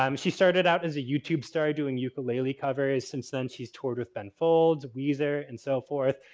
um she started out as a youtube star doing ukulele covers. since then she's toured with ben folds, weezer, and so forth.